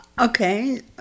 Okay